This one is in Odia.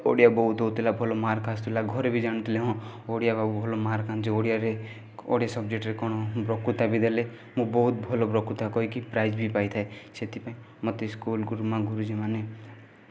ଓଡ଼ିଆ ବହୁତ ହେଉଥିଲା ଭଲ ମାର୍କ ଆସୁଥିଲା ଘରେ ବି ଜାଣୁଥିଲେ ହଁ ଓଡ଼ିଆରେ ଭଲ ମାର୍କ ଆଣୁଛି ଓଡ଼ିଆରେ ଓଡ଼ିଆ ସବଜେକ୍ଟ୍ରେ କ'ଣ ବକୃତା ବି ଦେଲେ ମୁଁ ବହୁତ ଭଲ ବକୃତା କହିକି ପ୍ରାଇଜ୍ ବି ପାଇଥାଏ ସେଥିପାଇଁ ମୋତେ ସ୍କୁଲ୍ ଗୁରୁମା ଗୁରୁଜୀମାନେ